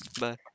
Bye